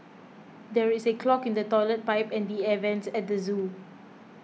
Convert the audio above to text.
there is a clog in the Toilet Pipe and the Air Vents at the zoo